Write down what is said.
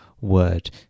word